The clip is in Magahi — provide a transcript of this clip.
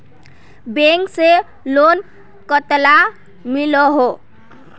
बैंक से लोन कतला मिलोहो?